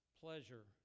pleasure